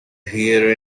hear